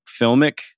filmic